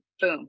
boom